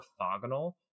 orthogonal